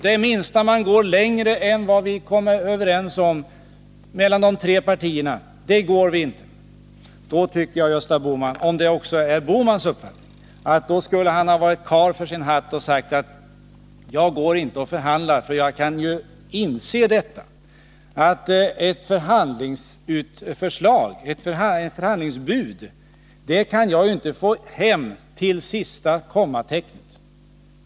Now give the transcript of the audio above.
Det minsta steg längre än de tre partierna kom överens om går de inte med på. Då tycker jag— om detta också är Gösta Bohmans uppfattning — att Gösta Bohman skulle ha varit karl för sin hatt och sagt: Jag går inte och förhandlar, för jag inser att jag | inte kan få hem ett förhandlingsbud till sista kommatecknet.